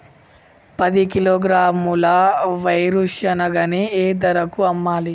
పది కిలోగ్రాముల వేరుశనగని ఏ ధరకు అమ్మాలి?